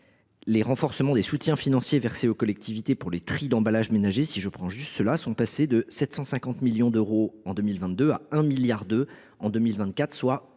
le renforcement des soutiens financiers versés aux collectivités pour les tris des emballages ménagers a conduit à les faire passer de 750 millions d’euros en 2022 à 1,2 milliard d’euros en 2024, soit